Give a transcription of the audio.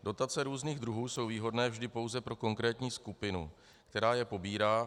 Dotace různých druhů jsou výhodné vždy pouze pro konkrétní skupinu, která je pobírá.